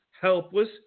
helpless